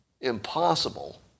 impossible